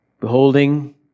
beholding